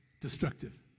destructive